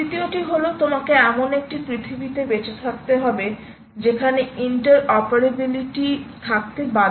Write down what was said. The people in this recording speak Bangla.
তৃতীয়টি হল তোমাকে এমন একটি পৃথিবীতে বেঁচে থাকতে হবে যেখানে ইন্টার অপারেবিলিটি থাকতে বাধ্য